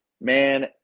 man